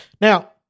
Now